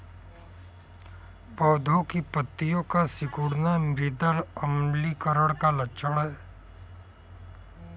पौधों की पत्तियों का सिकुड़ना मृदा अम्लीकरण का लक्षण है